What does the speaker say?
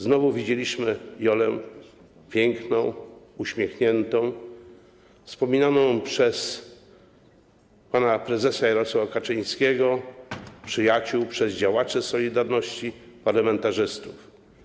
Znowu widzieliśmy Jolę piękną, uśmiechnięta, wspominaną przez pana prezesa Jarosława Kaczyńskiego, przyjaciół, działaczy „Solidarności”, parlamentarzystów.